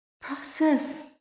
process